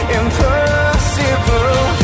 impossible